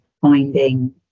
finding